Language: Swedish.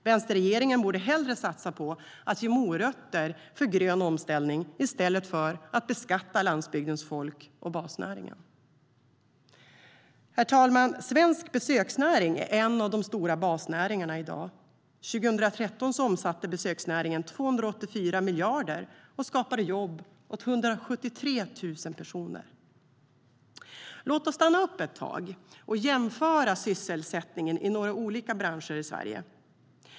Vänsterregeringen borde hellre satsa på att ge morötter för grön omställning i stället för att beskatta landsbygdens folk och basnäringen. Herr talman! Svensk besöksnäring är en av de stora basnäringarna i dag. År 2013 omsatte besöksnäringen 284 miljarder och skapade jobb åt 173 000 personer. Låt oss stanna upp ett tag och jämföra sysselsättningen i några olika branscher i Sverige.